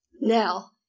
Now